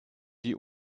die